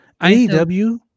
AEW